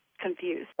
Confused